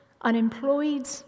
unemployed